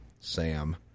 Sam